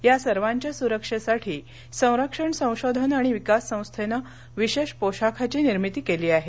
या सर्वाच्या सुरक्षेसाठी संरक्षण संशोधन आणि विकास संस्थेनं विशेष पोशाखाची निर्मिती केली आहे